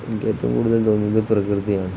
എനിക്ക് ഏറ്റവും കൂടുതൽ തോന്നുന്നത് പ്രകൃതിയാണ്